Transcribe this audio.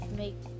make